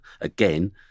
again